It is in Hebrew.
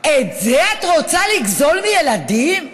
את זה את רוצה לגזול מילדים,